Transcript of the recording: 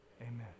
Amen